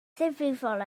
ddifrifol